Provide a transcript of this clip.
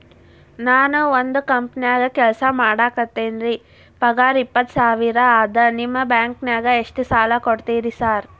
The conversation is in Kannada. ನಾನ ಒಂದ್ ಕಂಪನ್ಯಾಗ ಕೆಲ್ಸ ಮಾಡಾಕತೇನಿರಿ ಪಗಾರ ಇಪ್ಪತ್ತ ಸಾವಿರ ಅದಾ ನಿಮ್ಮ ಬ್ಯಾಂಕಿನಾಗ ಎಷ್ಟ ಸಾಲ ಕೊಡ್ತೇರಿ ಸಾರ್?